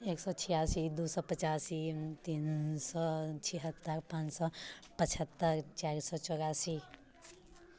एक सए छियासी दू सए पचासी तीन सए छिहत्तर पाॅंच सए पछहत्तरि चारि सए चौरासी